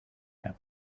him